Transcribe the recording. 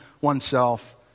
oneself